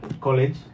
college